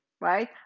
right